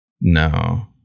No